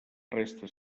restes